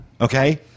Okay